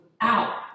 out